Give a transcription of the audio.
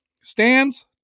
stands